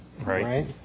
Right